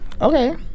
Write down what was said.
Okay